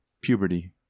puberty